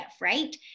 right